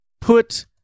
put